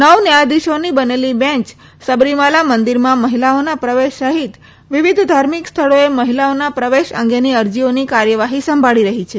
નવ ન્યાયાધીશોની બનેલી બેન્ચ સબરીમાલા મંદીરમાં મહિલાઓના પ્રવેશ સહિત વિવિધ ધાર્મિક સ્થળોએ મહિલાઓના પ્રવેશ અંગેની અરજીઓની કાર્યવાહી સંભાળી રહી છે